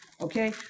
okay